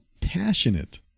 passionate